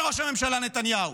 זה ראש הממשלה נתניהו.